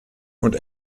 und